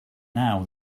now